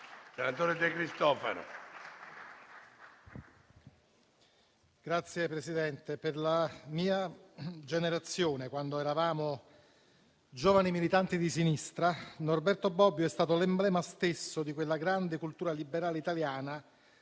Signor Presidente, per la mia generazione, quando eravamo giovani militanti di sinistra, Norberto Bobbio è stato l'emblema stesso di quella grande cultura liberale italiana